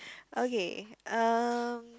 okay um